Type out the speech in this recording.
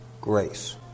grace